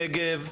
בנגב,